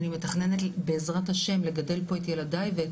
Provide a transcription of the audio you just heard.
אני מתכננת בעזרת השם לגדל פה את ילדיי ואת